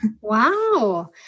Wow